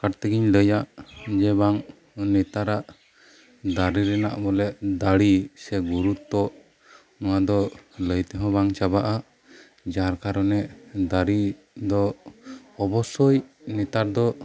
shortcut ᱛᱮᱜᱮᱧ ᱞᱟᱹᱭᱟ ᱵᱟᱝ ᱱᱮᱛᱟᱨᱟᱜ ᱫᱟᱨᱮ ᱨᱮᱱᱟᱜ ᱵᱚᱞᱮ ᱫᱟᱲᱮ ᱥᱮ ᱜᱩᱨᱩᱛᱚ ᱱᱚᱶᱟ ᱫᱚ ᱞᱟᱹᱭ ᱛᱮᱦᱚᱸ ᱵᱟᱝ ᱪᱟᱵᱟᱜᱼᱟ ᱡᱟᱨ ᱠᱟᱨᱚᱱᱮ ᱫᱟᱨᱮ ᱫᱚ ᱚᱵᱳᱥᱥᱳᱭ ᱱᱮᱛᱟᱨ ᱫᱚ